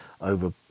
over